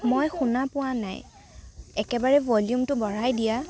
মই শুনা পোৱা নাই একেবাৰে ভ'ল্যুমটো বঢ়াই দিয়া